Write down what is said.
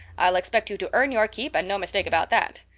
i'll expect you to earn your keep, and no mistake about that.